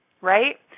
Right